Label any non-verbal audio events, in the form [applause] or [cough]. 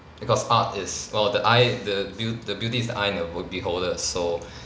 because art is or the eye the beau~ the beauty is the eye of the beholder so [breath]